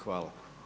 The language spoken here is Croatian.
Hvala.